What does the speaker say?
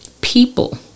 People